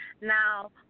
Now